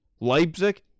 Leipzig